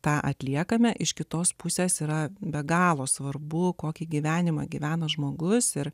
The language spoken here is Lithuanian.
tą atliekame iš kitos pusės yra be galo svarbu kokį gyvenimą gyvena žmogus ir